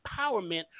empowerment